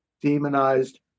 demonized